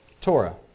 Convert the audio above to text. Torah